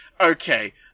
okay